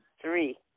three